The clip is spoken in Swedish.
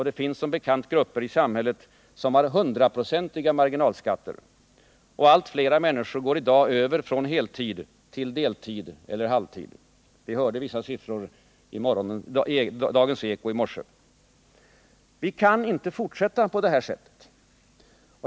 Det finns som bekant grupper i samhället som har 100-procentiga marginalskatter. Allt flera människor går i dag över från heltidsarbete till arbete på deltid eller halvtid —i Dagens Eko i morse redovisades siffror om detta. Vi kan inte fortsätta på det här sättet.